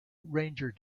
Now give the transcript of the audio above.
ranger